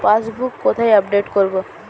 Passbook কোথায় update করব?